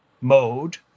Mode